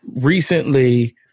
recently